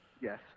yes